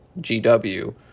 GW